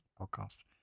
podcast